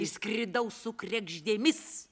išskridau su kregždėmis